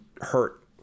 hurt